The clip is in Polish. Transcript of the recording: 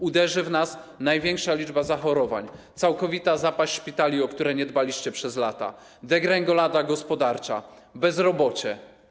Uderzy w nas największa liczba zachorowań, całkowita zapaść szpitali, o które nie dbaliście przez lata, degrengolada gospodarcza, bezrobocie.